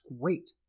great